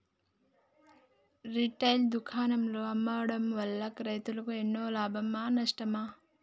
Retail దుకాణాల్లో అమ్మడం వల్ల రైతులకు ఎన్నో లాభమా నష్టమా?